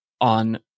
on